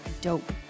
dope